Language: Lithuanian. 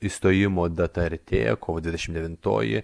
išstojimo data artėja kovo dvidešim devintoji